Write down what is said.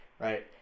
Right